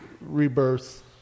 rebirth